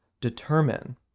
determine